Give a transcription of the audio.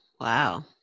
Wow